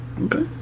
okay